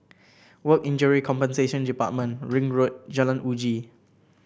Work Injury Compensation Department Ring Road Jalan Uji